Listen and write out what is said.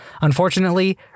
Unfortunately